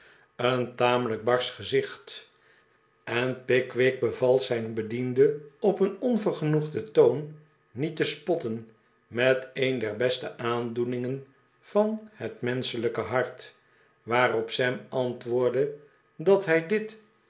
een tamelijk barsch gezicht en pickwick beval zijn bediende op een onvergenoegden toon met te spotten met een der beste aandoeningen van het menschelijke hart waarop sam antwoordde dat hij dit